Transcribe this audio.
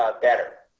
ah better.